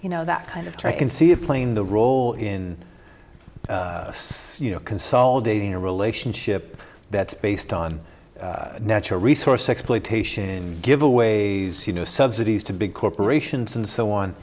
you know that kind of try can see it playing the role in you know consolidating a relationship that's based on natural resource exploitation give away you know subsidies to big corporations and so on